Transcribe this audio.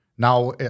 Now